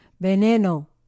Veneno